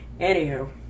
Anywho